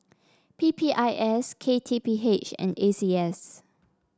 P P I S K T P H and A C S